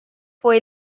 fue